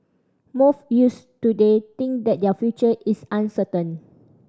most youths today think that their future is uncertain